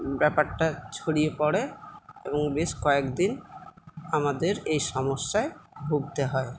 ব্যাপারটা ছড়িয়ে পড়ে এবং বেশ কয়েকদিন আমাদের এই সমস্যায় ভুগতে হয়